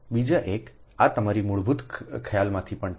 બીજી એક આ તમારી મૂળભૂત ખ્યાલમાંથી પણ છે